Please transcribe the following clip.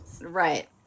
Right